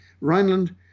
Rhineland